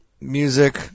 Music